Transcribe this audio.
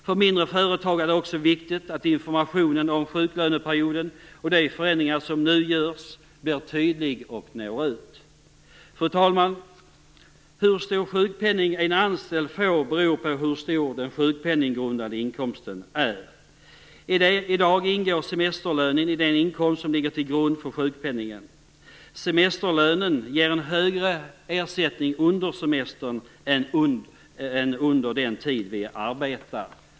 För mindre företag är det också viktigt att informationen om sjuklöneperioden och om de förändringar som nu görs blir tydlig och når ut. Fru talman! Hur stor sjukpenning en anställd får beror på hur stor den sjukpenninggrundande inkomsten är. I dag ingår semesterlönen i den inkomst som ligger till grund för sjukpenningen. Semesterlönen ger en högre ersättning under semestern än under den tid då vi arbetar.